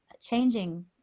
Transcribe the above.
changing